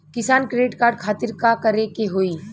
किसान credit card खातिर का करे के होई?